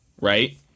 right